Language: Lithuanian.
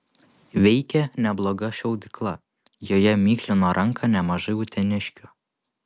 veikė nebloga šaudykla joje miklino ranką nemažai uteniškių